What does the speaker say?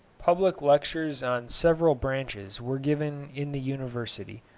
public lectures on several branches were given in the university,